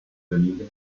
delisle